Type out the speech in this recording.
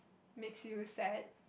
makes you sad